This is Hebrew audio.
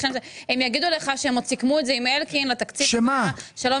הם עוד יגידו לך שהם עוד סיכמו את זה עם אלקין לתקציב --- שלא מחדשים,